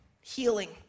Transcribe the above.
healing